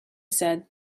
said